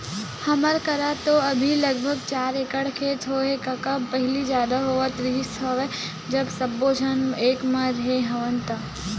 हमर करा तो अभी लगभग चार एकड़ खेत हेवय कका पहिली जादा होवत रिहिस हवय जब सब्बो झन एक म रेहे हवन ता